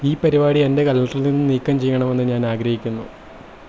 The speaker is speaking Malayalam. ഈ പരിപാടി എന്റെ കലണ്ടറിൽ നിന്ന് നീക്കം ചെയ്യണമെന്ന് ഞാൻ ആഗ്രഹിക്കുന്നു